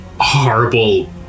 horrible